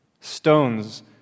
Stones